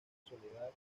soledad